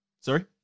Sorry